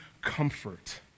comfort